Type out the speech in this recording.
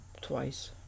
twice